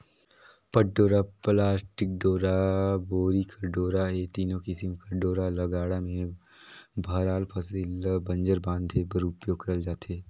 पट डोरा, पलास्टिक डोरा, बोरी कर डोरा ए तीनो किसिम कर डोरा ल गाड़ा मे भराल फसिल ल बंजर बांधे बर उपियोग करल जाथे